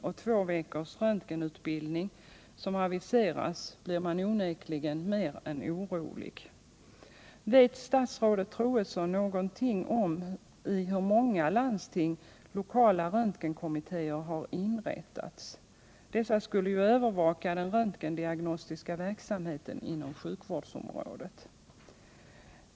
Jämtlands och Kronobergs läns landsting, blir man onekligen mer än orolig. Vet statsrådet Troedsson någonting om i hur många landsting lokala röntgenkommittéer inrättats? Dessa skulle övervaka den röntgendiagnostiska verksamheten inom sjukvårdsområdet.